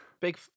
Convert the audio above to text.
Big